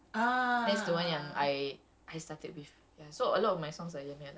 I can I have my !alamak! yemi alade